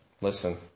listen